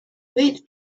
wait